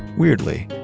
weirdly,